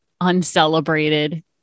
uncelebrated